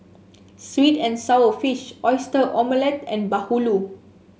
sweet and sour fish Oyster Omelette and Bahulu